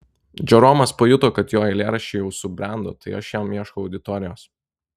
džeromas pajuto kad jo eilėraščiai jau subrendo tai aš jam ieškau auditorijos